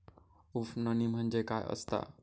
उफणणी म्हणजे काय असतां?